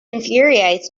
infuriates